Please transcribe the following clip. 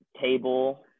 table